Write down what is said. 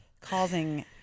causing